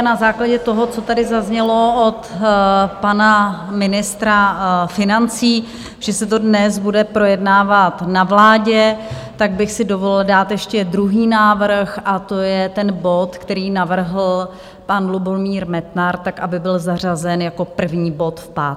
Na základě toho, co tady zaznělo od pana ministra financí, že se to dnes bude projednávat na vládě, tak bych si dovolila dát ještě druhý návrh, a to je, ten bod, který navrhl pan Lubomír Metnar, aby byl zařazen jako první bod v pátek.